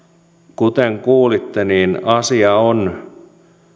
kuten kuulitte asia on